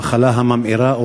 המחלה הממאירה,